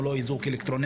או לא איזוק אלקטרוני.